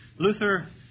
Luther